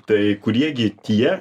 tai kurie gi tie